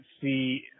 see –